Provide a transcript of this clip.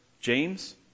James